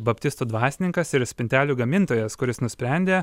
baptistų dvasininkas ir spintelių gamintojas kuris nusprendė